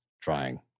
trying